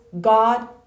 god